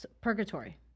purgatory